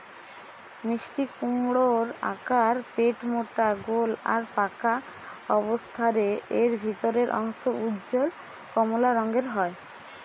মিষ্টিকুমড়োর আকার পেটমোটা গোল আর পাকা অবস্থারে এর ভিতরের অংশ উজ্জ্বল কমলা রঙের হয়